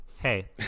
hey